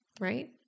Right